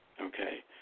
Okay